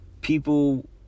People